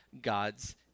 God's